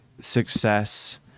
success